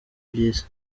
by’isi